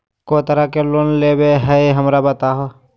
को तरह के लोन होवे हय, हमरा बताबो?